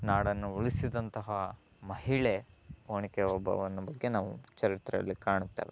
ನಾಡನ್ನು ಉಳಿಸಿದಂತಹ ಮಹಿಳೆ ಒನಕೆ ಓಬವ್ವನ ಬಗ್ಗೆ ನಾವು ಚರಿತ್ರೆಯಲ್ಲಿ ಕಾಣುತ್ತೇವೆ